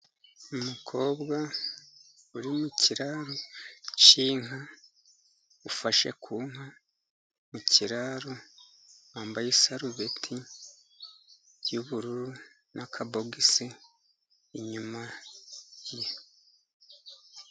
Umukobwa uri mu kiraro cy'inka, ufashe ku nka mu kiraro wambaye isarubeti y’ubururu na kabogisi inyuma ye.